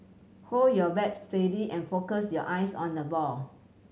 hold your bats steady and focus your eyes on the ball